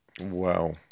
Wow